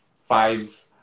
five